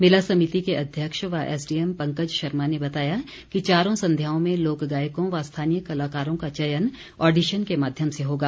मेला समिति के अध्यक्ष व एसडीएम पंकज शर्मा ने बताया कि चारों संध्याओं में लोक गायकों व स्थानीय कलाकारों का चयन ऑडीशन के माध्यम से होगा